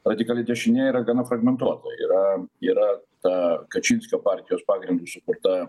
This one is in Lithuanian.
radikali dešinė yra gana fragmentuota yra yra ta kačinskio partijos pagrindu sukurta